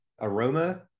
aroma